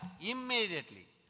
immediately